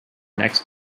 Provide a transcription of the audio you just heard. next